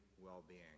well-being